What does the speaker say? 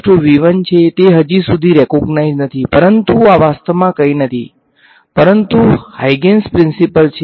તેથી જ્યારે r belong to તે હજી સુધી રેકોગનાઈઝ નથી પરંતુ આ વાસ્તવમાં કંઈ નથી પરંતુ હાઈગેંસ પ્રીંસીપલ છે